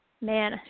Man